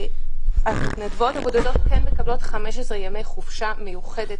המתנדבות הבודדות מקבלות 15 ימי חופשה מיוחדת